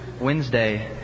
Wednesday